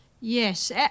Yes